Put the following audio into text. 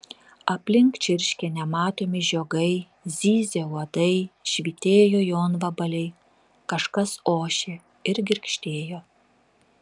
aplink čirškė nematomi žiogai zyzė uodai švytėjo jonvabaliai kažkas ošė ir girgždėjo